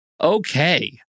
okay